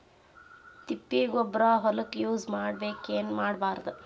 ತಿಪ್ಪಿಗೊಬ್ಬರ ಹೊಲಕ ಯೂಸ್ ಮಾಡಬೇಕೆನ್ ಮಾಡಬಾರದು?